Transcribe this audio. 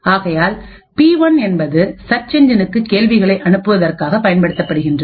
ஆகையால் பி1என்பது சர்ச் எஞ்சினுக்கு கேள்விகளை அனுப்புவதற்காக பயன்படுத்தப்படுகின்றது